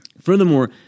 Furthermore